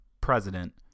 president